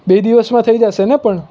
બે દિવસમાં થઈ જશેને પણ